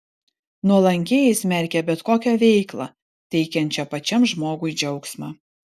nuolankieji smerkė bet kokią veiklą teikiančią pačiam žmogui džiaugsmą